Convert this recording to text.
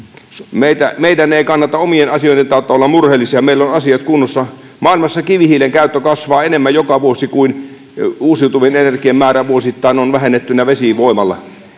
meidän ei kannata omien asioiden tautta olla murheellisia meillä on asiat kunnossa maailmassa kivihiilen käyttö kasvaa enemmän joka vuosi kuin uusiutuvan energian määrä vuosittain on vähennettynä vesivoimalla